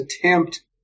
attempt